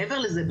מעבר לזה,